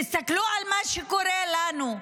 תסתכלו על מה שקורה לנו.